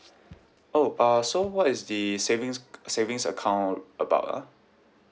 oh uh so what is the savings c~ savings account about ah